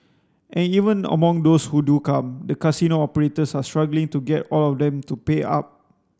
and even among those who do come the casino operators are struggling to get all of them to pay up